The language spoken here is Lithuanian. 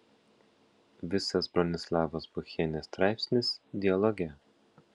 visas bronislavos buchienės straipsnis dialoge